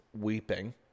weeping